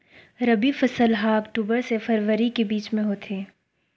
रबी फसल हा अक्टूबर से फ़रवरी के बिच में होथे